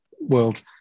world